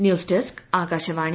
news desk Akashvani